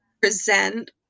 present